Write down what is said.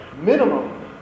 minimum